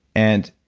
and,